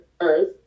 earth